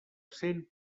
cent